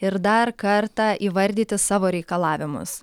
ir dar kartą įvardyti savo reikalavimus